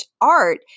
art